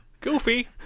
Goofy